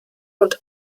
und